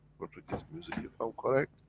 portuguese music if i'm correct,